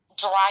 drive